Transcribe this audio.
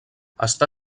està